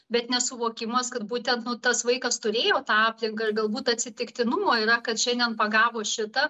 bet nesuvokimas kad būtent nu tas vaikas turėjo tą aplinką ir galbūt atsitiktinumo yra kad šiandien pagavo šitą